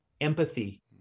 Empathy